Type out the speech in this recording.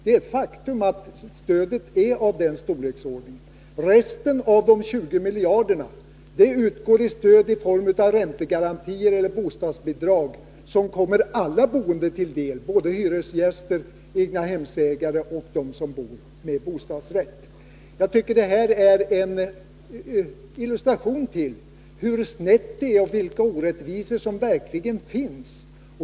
Det är ett faktum att stödet är av den storleksordningen. Resten av de 20 miljarderna utgår i form av räntegarantier och bostadsbidrag som kommer alla boende till del — såväl hyresgäster som egnahemsägare och bostadsrättsinnehavare. Detta illustrerar hur snett det är och vilka orättvisor som verkligen finns.